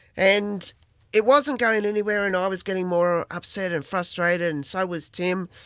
and it wasn't going anywhere and i was getting more upset and frustrated and so was tim,